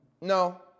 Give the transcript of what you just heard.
No